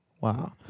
Wow